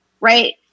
Right